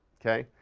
okay?